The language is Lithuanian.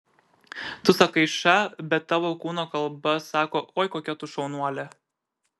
tu sakai ša bet tavo kūno kalba sako oi kokia tu šaunuolė